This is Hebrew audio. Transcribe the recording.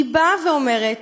היא באה ואומרת